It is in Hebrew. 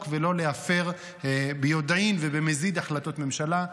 ולא להפר ביודעין ובמזיד החלטות ממשלה.